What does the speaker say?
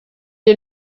est